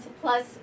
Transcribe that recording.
plus